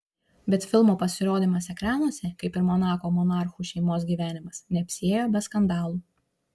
bet filmo pasirodymas ekranuose kaip ir monako monarchų šeimos gyvenimas neapsiėjo be skandalų